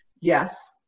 yes